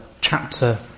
chapter